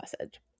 message